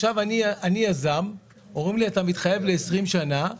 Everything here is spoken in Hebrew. עכשיו אני יזם אומרים לי אתה מתחייב ל-20 שנה,